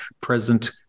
present